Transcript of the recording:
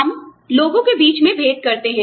हम लोगों के बीच में भेद करते हैं